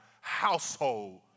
household